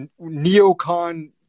neocon